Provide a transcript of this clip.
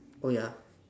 oh ya